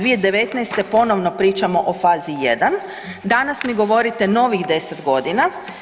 2019. ponovno pričamo o fazi 1. Danas mi govorite novih 10 godina.